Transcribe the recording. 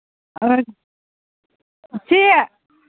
ꯁꯤ